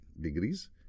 degrees